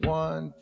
one